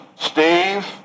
Steve